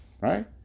Right